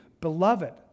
Beloved